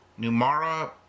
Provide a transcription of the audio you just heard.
Numara